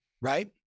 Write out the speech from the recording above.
right